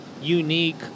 unique